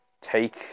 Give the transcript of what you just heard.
take